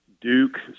Duke